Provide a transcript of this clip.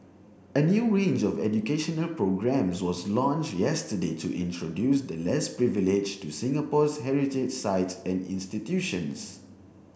a new range of educational programmes was launched yesterday to introduce the less privileged to Singapore's heritage sites and institutions